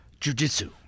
jujitsu